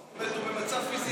זאת אומרת הוא במצב פיזי טוב.